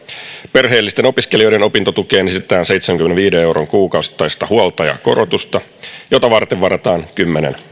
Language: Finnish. perheellisten opiskelijoiden opintotukeen esitetään seitsemänkymmenenviiden euron kuukausittaista huoltajakorotusta jota varten varataan kymmenen